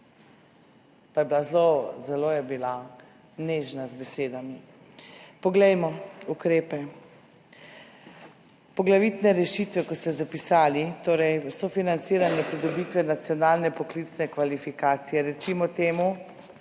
Pa je bila zelo nežna z besedami. Poglejmo ukrepe. Poglavitne rešitve, kot ste zapisali, torej sofinanciranje pridobitve nacionalne poklicne kvalifikacije,